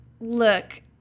look